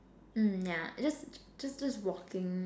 mm yeah just just just walking